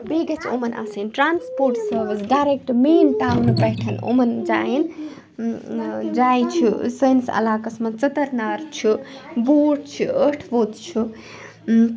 بیٚیہ گژھہِ یِمَن آسٕنۍ ٹرٛانٛسپوٹ سٔروِس ڈَیریٚکٹہٕ مین ٹاونہٕ پٮ۪ٹھ یِمَن جایَن جایہِ چھِ سٲنِس علاقَس منٛز ژٕترنار چھُ ووٗٹھ چھِ ٲٹھ ووٚت چھُ